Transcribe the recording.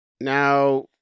Now